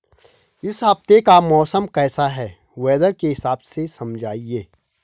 इस हफ्ते का मौसम कैसा है वेदर के हिसाब से समझाइए?